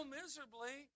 miserably